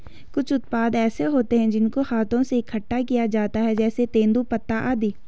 कुछ उत्पाद ऐसे होते हैं जिनको हाथों से इकट्ठा किया जाता है जैसे तेंदूपत्ता आदि